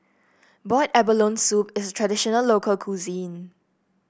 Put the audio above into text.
Boiled Abalone Soup is traditional local cuisine